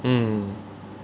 mm